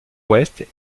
ouest